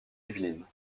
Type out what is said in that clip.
yvelines